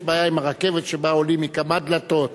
יש בעיה עם הרכבת, שבה עולים מכמה דלתות,